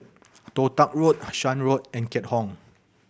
Toh Tuck Road Shan Road and Keat Hong